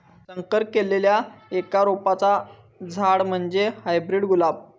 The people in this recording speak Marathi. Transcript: संकर केल्लल्या एका रोपाचा झाड म्हणजे हायब्रीड गुलाब